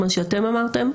מה שאתם אמרתם.